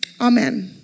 Amen